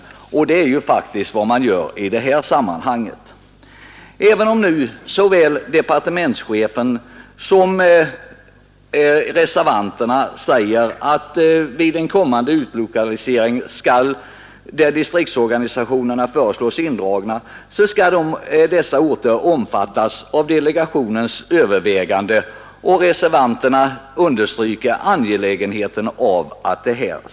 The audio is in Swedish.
Det är faktiskt också vad man gör den här gången. Departementschefen säger att vid en kommande utlokalisering där distriktsorganisationer föreslås indragna skall utlokaliseringen bli föremål för delegationens övervägande, och reservanterna understryker angelägenheten av att så sker.